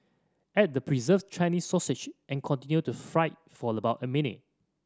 add the preserved Chinese sausage and continue to fry for about a minute